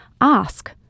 ask